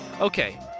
Okay